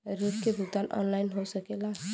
ऋण के भुगतान ऑनलाइन हो सकेला?